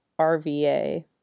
rva